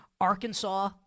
Arkansas